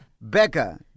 Becca